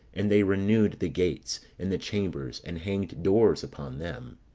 and they renewed the gates, and the chambers, and hanged doors upon them.